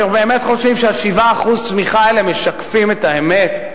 אתם באמת חושבים ש-7% הצמיחה האלה משקפים את האמת?